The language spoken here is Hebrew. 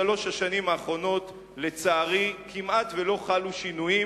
בשלוש השנים האחרונות, לצערי, כמעט לא חלו שינויים